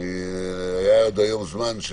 היה עד היום זמן,